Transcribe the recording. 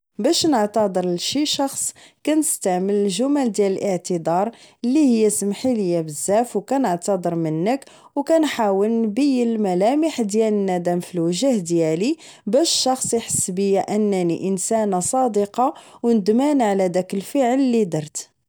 باش نعتادر لشي شخص كنستعمل الجمل ديال الاعتذار اللي هي سمحيليا بزاف و كنعتاذر منك و كنحاول نبين ملامح الندم فالوجه ديالي باش الشخص احس بيا انني انسانة صادقة و ندمانة على داك الفعل اللي درت